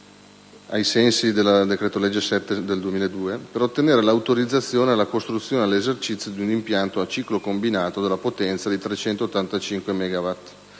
nella legge n. 55 del 2002, per ottenere l'autorizzazione alla costruzione e all'esercizio di un impianto a ciclo combinato della potenza di 385